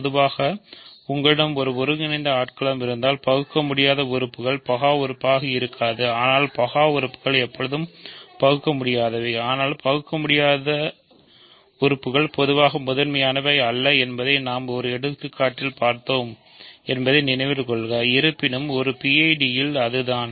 பொதுவாக உங்களிடம் ஒரு ஒருங்கிணைந்த ஆட்களம் இருந்தால் பகுக்கமுடியாதது உறுப்புகள் பகா உறுப்பாக இருக்காது ஆனால்பகா உறுப்புகள் எப்போதும் பகுக்கமுடியாதவை ஆனால் பகுக்கமுடியாதது உறுப்புகள் பொதுவாக முதன்மையானவை அல்ல என்பதை நாம் ஒரு எடுத்துக்காட்டில் பார்த்தோம் என்பதை நினைவில் கொள்க இருப்பினும் ஒரு PID இல் அது தான்